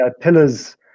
pillars